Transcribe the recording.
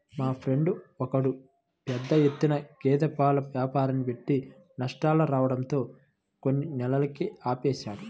మా ఫ్రెండు ఒకడు పెద్ద ఎత్తున గేదె పాల వ్యాపారాన్ని పెట్టి నష్టాలు రావడంతో కొన్ని నెలలకే ఆపేశాడు